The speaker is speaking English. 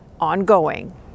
ongoing